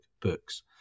books